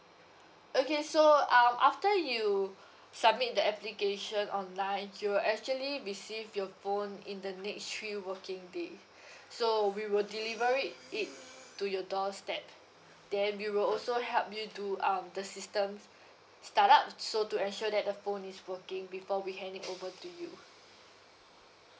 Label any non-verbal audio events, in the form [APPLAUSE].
okay so um after you submit the application online you'll actually receive your phone in the next three working day [BREATH] so we will deliver it it to your doorstep then we will also help you do um the system start up so to ensure that the phone is working before we hand it over to you